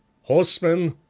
horsemen,